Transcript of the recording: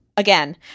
again